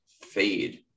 fade